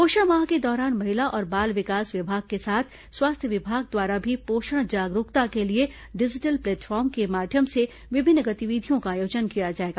पोषण माह के दौरान महिला और बाल विकास विभाग के साथ स्वास्थ्य विभाग द्वारा भी पोषण जागरूकता के लिए डिजिटल प्लेटफॉर्म के माध्यम से विभिन्न गतिविधियों का आयोजन किया जाएगा